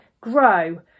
grow